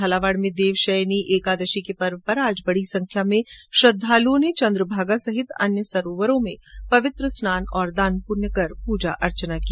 झालावाड में देवशयनी ऐकादशी के पर्व पर आज बडी संख्या में श्रृद्वालुओं ने चन्द्रभागा सहित अन्य सरोवरों में पवित्र स्नान और दानपूण्य कर पूजा अर्चना की